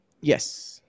Yes